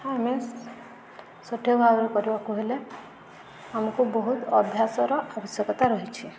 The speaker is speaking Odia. ଆମେ ସଠିକ୍ ଭାବରେ କରିବାକୁ ହେଲେ ଆମକୁ ବହୁତ ଅଭ୍ୟାସର ଆବଶ୍ୟକତା ରହିଛି